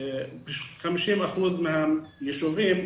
ב-50% יישובים,